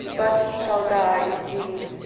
but shall die indeed.